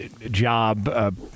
job